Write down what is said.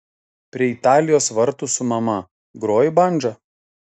prie italijos vartų su mama groji bandža